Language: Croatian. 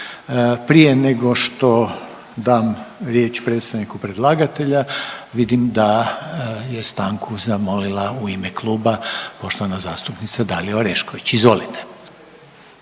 Prije nego što dam riječ predstavniku predlagatelja, vidim da je stanku zamolila u ime kluba poštovana zastupnica Dalija Orešković, izvolite.